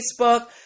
Facebook